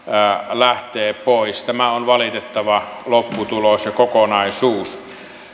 lähtee pois tämä on valitettava lopputulos ja kokonaisuus